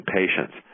patients